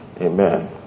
amen